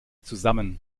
zusammen